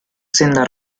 senda